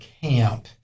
camp